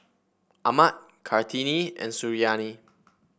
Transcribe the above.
Ahmad Kartini and Suriani